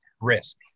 risk